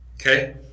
okay